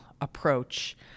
approach